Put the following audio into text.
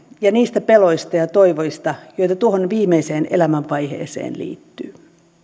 ja niistä peloista ja ja toiveista joita tuohon viimeiseen elämänvaiheeseen liittyy